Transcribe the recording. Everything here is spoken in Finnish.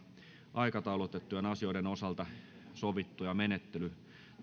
aikataulutettujen asioiden osalta sovittuja menettelytapoja